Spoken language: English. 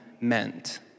meant